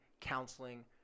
counseling